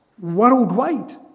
worldwide